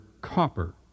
copper